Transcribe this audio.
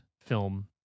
film